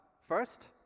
first